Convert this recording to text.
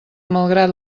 malgrat